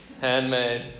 handmade